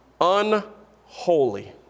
unholy